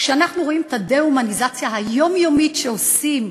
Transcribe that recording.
כשאנחנו רואים את הדה-הומניזציה היומיומית שעושים,